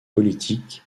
politiques